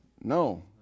No